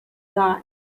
die